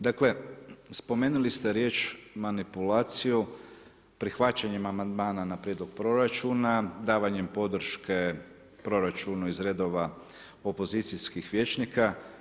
Dakle, spomenuli ste riječ manipulaciju, prihvaćanjem amandmana na prijedlog proračuna, davanjem podrške proračunu iz redova opozicijskih vijećnika.